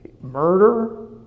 murder